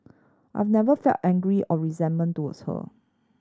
I've never felt angry or resentful towards her